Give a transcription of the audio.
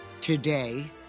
Today